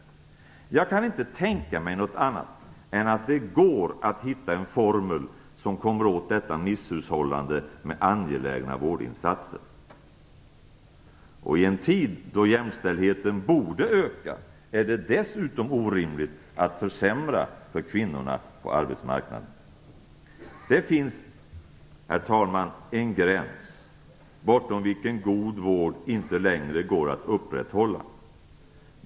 Jag kan inte tänka mig något annat än att det går att hitta en formel som kommer åt detta misshushållande med angelägna vårdinsatser. I en tid då jämställdheten borde öka är det dessutom orimligt att försämra för kvinnorna på arbetsmarknaden. Herr talman! Det finns en gräns bortom vilken god vård inte längre går att upprätthålla.